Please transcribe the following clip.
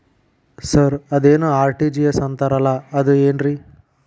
Sir ಅದೇನು RTGS ಅಂತಾರಲಾ ಅದು ಏನ್ರಿ?